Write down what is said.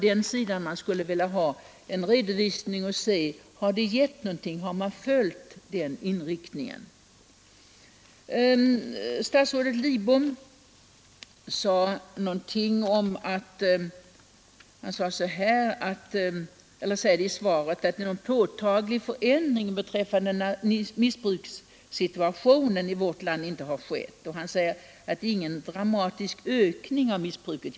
Jag skulle vilja ha en redovisning och se om detta har gett något, om den inriktningen har följts. Statsrådet Lidbom säger i svaret att någon påtaglig förändring beträffande missbrukssituationen i vårt land inte har skett och att det inte varit någon dramatisk ökning av missbruket.